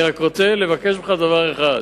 אני רק רוצה לבקש ממך דבר אחד,